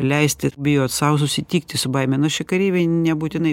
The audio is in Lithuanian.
leisti ir bijot sau susitikti su baime nors čia kareiviai nebūtinai